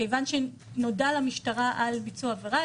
כיוון שנודע למשטרה על ביצוע עבירה,